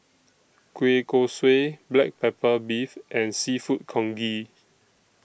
Kueh Kosui Black Pepper Beef and Seafood Congee